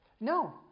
No